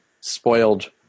spoiled